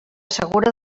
segura